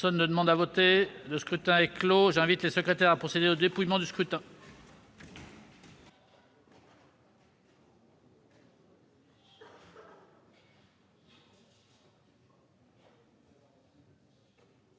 Personne ne demande plus à voter ?... Le scrutin est clos. J'invite Mmes et MM. les secrétaires à procéder au dépouillement du scrutin.